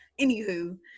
Anywho